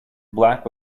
black